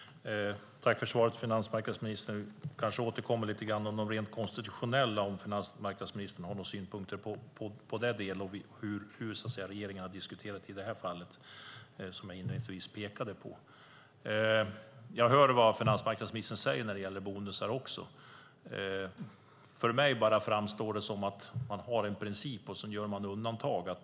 Fru talman! Tack för svaret, finansmarknadsministern. Vi kanske återkommer lite grann om de rent konstitutionella frågorna, om finansmarknadsministern har några synpunkter på den delen och hur regeringen har diskuterat i det fall som jag inledningsvis pekade på. Jag hör vad finansmarknadsministern säger vad gäller bonusar. För mig framstår det som att man har en princip, och sedan gör man undantag.